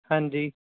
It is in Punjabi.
ਹਾਂਜੀ